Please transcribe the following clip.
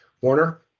Warner